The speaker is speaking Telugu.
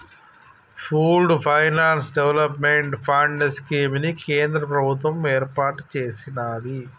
pooled finance development fund scheme ని కేంద్ర ప్రభుత్వం ఏర్పాటు చేసినాది